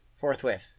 forthwith